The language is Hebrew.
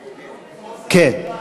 כן.